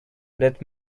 that